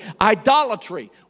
Idolatry